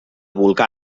volcà